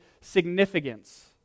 significance